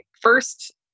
first